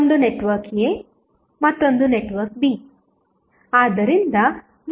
ಒಂದು network a ಮತ್ತೊಂದು network b